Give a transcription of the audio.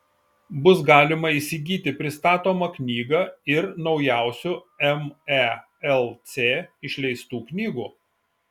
bus galima įsigyti pristatomą knygą ir naujausių melc išleistų knygų